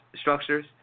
structures